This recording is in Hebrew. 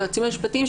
היועצים המשפטיים,